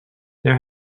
there